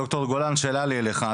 ד"ר גולן, שאלה לי אליך.